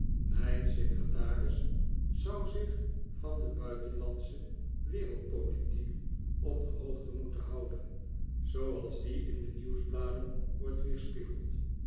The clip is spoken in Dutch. mijn secretaris zou zich van de buitenlandsche wereldpolitiek op de hoogte moeten houden zooals die in de nieuwsbladen wordt weerspiegeld